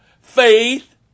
faith